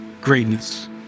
greatness